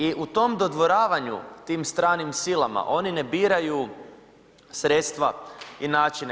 I u tom dodvoravanju tim stranim silama oni ne biraju sredstva i načine.